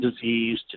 disease